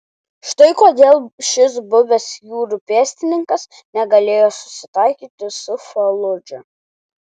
štai kodėl šis buvęs jūrų pėstininkas negalėjo susitaikyti su faludža